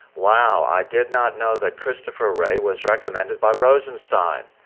wow, i did not know that christopher wray was recommended by rosenstein.